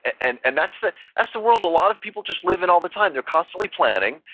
and and that's the that's the world a lot of people just live in all the time. they're constantly planning.